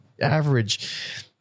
average